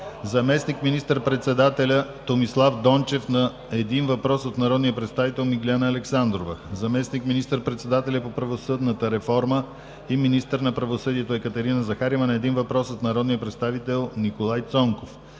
заместник министър-председателят Томислав Дончев – на един въпрос от народния представител Миглена Александрова; - заместник министър-председателят по правосъдната реформа и министър на правосъдието Екатерина Захариева – на един въпрос от народния представител Николай Цонков;